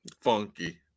funky